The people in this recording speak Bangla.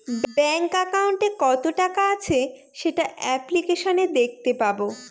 ব্যাঙ্ক একাউন্টে কত টাকা আছে সেটা অ্যাপ্লিকেসনে দেখাতে পাবো